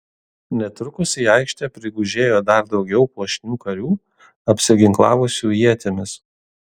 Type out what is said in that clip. netrukus į aikštę prigužėjo dar daugiau puošnių karių apsiginklavusių ietimis